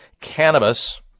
cannabis